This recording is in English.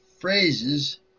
phrases